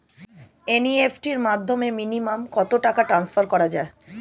NEFT র মাধ্যমে minimum কত টাকা ট্রান্সফার করা যায়?